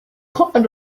kind